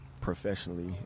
professionally